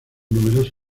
numerosos